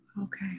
Okay